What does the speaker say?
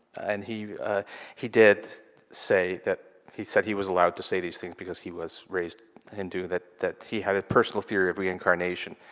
and he he did say that, he said he was allowed to say these things because he was raised hindu, that that he had a personal theory of reincarnation,